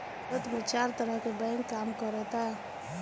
भारत में चार तरह के बैंक काम करऽता